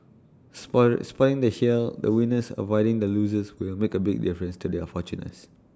spotter spotting the shale the winners avoiding the losers will make A big difference to their fortune less